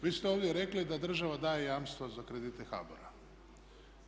Vi ste ovdje rekli da država daje jamstva za kredite HBOR-a.